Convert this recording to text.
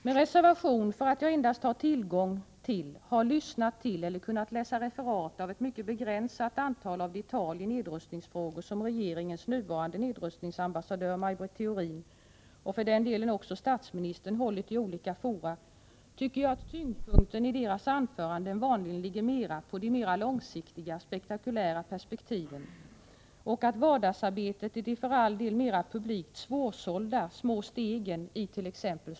Med reservation för att jag endast har tillgång till, har lyssnat till eller kunnat läsa referat av ett mycket begränsat antal av de tal i nedrustningsfrågor som regeringens nuvarande nedrustningsambassadör Maj Britt Theorin, och för den delen också statsministern, hållit i olika fora, tycker jag att tyngdpunkten i deras anföranden vanligen ligger på det mera långsiktiga, spektakulära perspektiven och att vardagsarbetet i de för all del publikt mera svårsålda, små stegen it.ex.